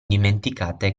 dimenticate